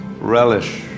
Relish